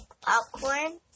popcorn